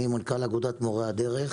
אני מנכ"ל אגודת מורי הדרך.